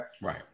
Right